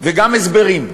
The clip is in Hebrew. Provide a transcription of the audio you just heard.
וגם הסברים.